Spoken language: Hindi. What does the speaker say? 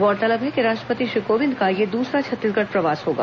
गौरतलब है कि राष्ट्रपति श्री कोविंद का यह दूसरा छत्तीसगढ़ प्रवास होगा